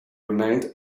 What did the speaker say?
remained